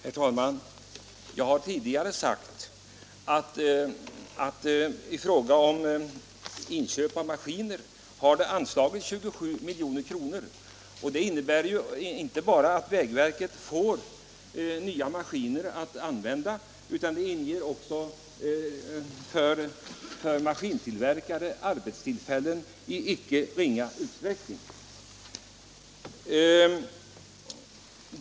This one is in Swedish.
Herr talman! Jag har tidigare sagt att i fråga om inköp av maskiner har det anslagits 27 milj.kr., och det innebär inte bara att vägverket får nya maskiner att använda, utan det innebär också för maskintillverkare arbetstillfällen i icke ringa utsträckning.